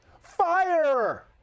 fire